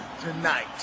tonight